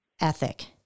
ethic